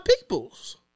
peoples